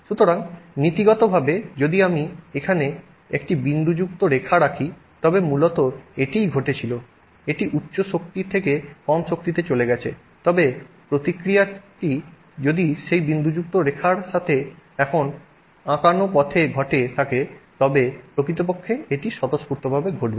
সুতরাং নীতিগতভাবে যদি আমি এখানে একটি বিন্দুযুক্ত রেখা রাখি তবে মূলত এটিই ঘটেছিল এটি উচ্চ শক্তি থেকে কম শক্তিতে চলে গেছে তবে প্রক্রিয়াটি যদি সেই বিন্দুযুক্ত রেখার সাথে এখন আঁকানো পথে ঘটে থাকে তবে প্রকৃতপক্ষে এটি স্বতঃস্ফূর্তভাবে ঘটবে